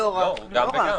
לא, גם וגם.